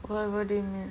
ஒரு படி மேல்:oru padi mel